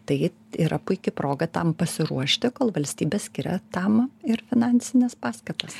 tai yra puiki proga tam pasiruošti kol valstybė skiria tam ir finansines paskatas